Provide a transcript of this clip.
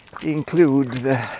include